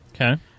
Okay